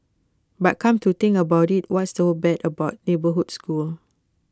but come to think about IT what's so bad about neighbourhood schools